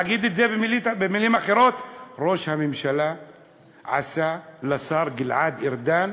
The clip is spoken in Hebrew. אגיד את זה במילים אחרות: ראש הממשלה עשה לשר גלעד ארדן